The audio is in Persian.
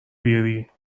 بیاری